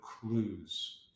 clues